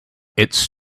it’s